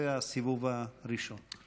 זה הסיבוב הראשון.